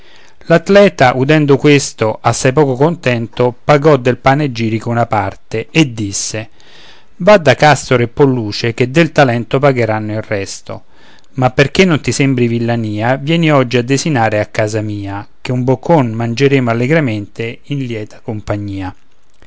l'atleta udendo questo assai poco contento pagò del panegirico una parte e disse va da castore e polluce che del talento pagheranno il resto ma perché non ti sembri villania vieni oggi a desinare a casa mia che un boccon mangeremo allegramente in lieta compagnia